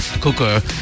cooker